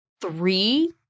three